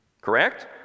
Correct